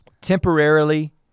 Temporarily